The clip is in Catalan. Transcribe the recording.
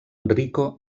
rico